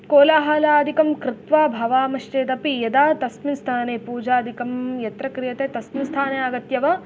कोलाहलादिकं कृत्वा भवामश्चेदपि यदा तस्मिन् स्थाने पूजादिकं यत्र क्रियते तस्मिन् स्थाने आगत्य वा